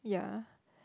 yeah